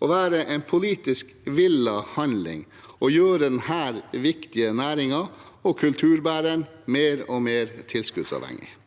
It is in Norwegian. å være en politisk villet handling å gjøre denne viktige næringen og kulturbæreren mer og mer tilskuddsavhengig,